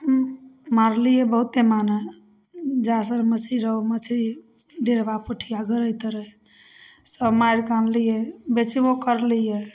मारलिए बहुते माने जासर मछरी रौह मछरी डेढ़बा पोठिआ गरइ तरइ सब मारिकऽ आनलिए बेचबो करलिए